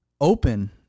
open